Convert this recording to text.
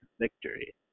victory